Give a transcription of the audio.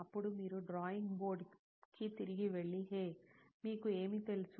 అప్పుడు మీరు drawing board కి తిరిగి వెళ్లి హే మీకు ఏమి తెలుసు